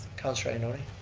councillor ioannoni.